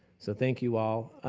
so thank you all.